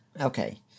Okay